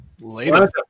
later